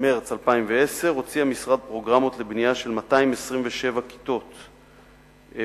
מרס 2010 הוציא המשרד פרוגרמות לבנייה של 227 כיתות במזרח-ירושלים,